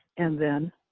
and then,